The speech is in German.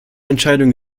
entscheidung